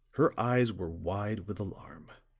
her eyes were wide with alarm.